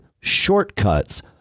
shortcuts